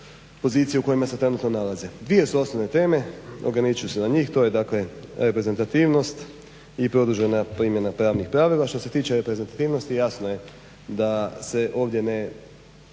pozicije u kojima se trenutno nalaze. Dvije su osnovne teme, ograničit ću se na njih. To je dakle reprezentativnost i produžena primjena pravnih pravila. Što se tiče reprezentativnosti jasno je da se ovdje